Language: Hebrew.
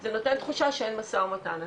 זה נותן תחושה שאין משא ומתן.